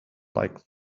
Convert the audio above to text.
like